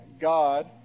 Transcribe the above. God